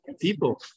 people